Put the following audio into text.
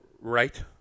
Right